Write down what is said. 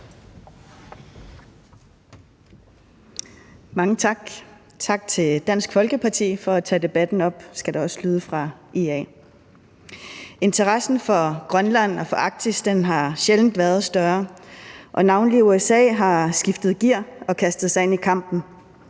Mange tak. Tak til Dansk Folkeparti for at tage debatten op, skal det også lyde fra IA. Interessen for Grønland og for Arktis har sjældent været større, og navnlig USA har skiftet gear og kastet sig ind i kampen.